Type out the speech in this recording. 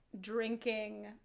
drinking